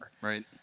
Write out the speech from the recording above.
right